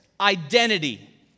identity